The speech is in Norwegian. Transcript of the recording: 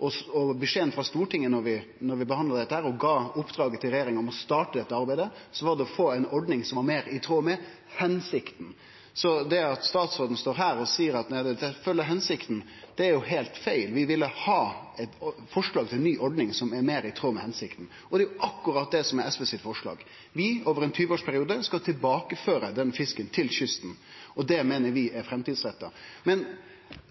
Og beskjeden frå Stortinget, da vi behandla dette og gav oppdraget til regjeringa om å starte dette arbeidet, var å få ei ordning som var meir i tråd med hensikta. Så det at statsråden står her og seier at dette følgjer hensikta, er jo heilt feil. Vi ville ha eit forslag til ny ordning som er meir i tråd med hensikta, og det er jo akkurat det som er SV sitt forslag. Vi – over ein 20-årsperiode – skal tilbakeføre den fisken til kysten, og det meiner vi er framtidsretta. Men